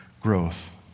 growth